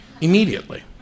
immediately